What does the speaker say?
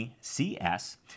cs